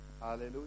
Hallelujah